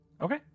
Okay